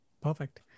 Perfect